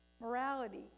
morality